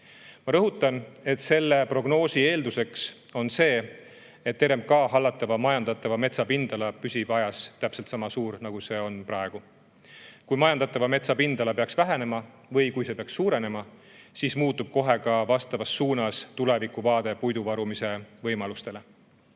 Ma rõhutan, et selle prognoosi eelduseks on see, et RMK hallatava majandatava metsa pindala püsib ajas täpselt sama suur, nagu see on praegu. Kui majandatava metsa pindala peaks vähenema või suurenema, siis muutub kohe vastavas suunas ka tulevikuvaade puidu varumise võimaluste